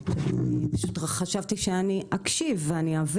האם יש איזו שהיא דרך